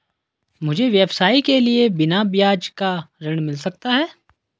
मुझे व्यवसाय के लिए बिना ब्याज का ऋण मिल सकता है?